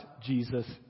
Jesus